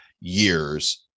years